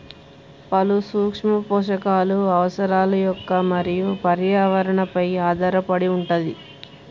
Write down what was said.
పలు సూక్ష్మ పోషకాలు అవసరాలు మొక్క మరియు పర్యావరణ పై ఆధారపడి వుంటది